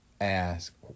ask